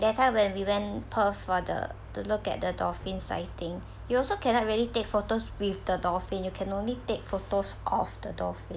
that time when we went perth for the to look at the dolphin sighting you also cannot really take photos with the dolphin you can only take photos of the dolphin